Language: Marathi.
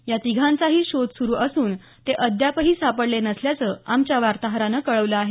या तिघांचाही शोध सुरू असून ते अद्यापही सापडले नसल्याचं आमच्या वार्ताहरानं कळवलं आहे